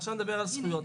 עכשיו נדבר על זכויות.